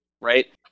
right